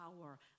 power